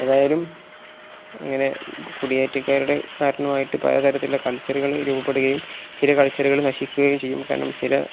ഏതായാലും അങ്ങനെ കുടിയേറ്റക്കാരുടെ കാരണമായിട്ട് പലതരത്തിലുള്ള കൾച്ചറുകൾ രൂപപ്പെടുകയും ചില കൾച്ചറുകൾ നശിക്കുകയും ചെയ്യും കാരണം ചില